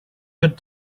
good